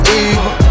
evil